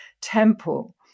temple